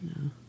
No